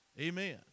Amen